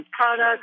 products